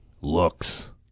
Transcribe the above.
looks